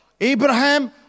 Abraham